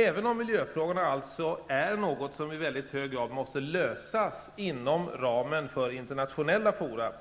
Även om miljöfrågorna alltså är något som i mycket hög grad måste lösas inom ramen för internationella fora